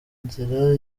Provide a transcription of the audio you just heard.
nzira